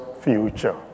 future